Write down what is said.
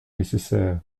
nécessaire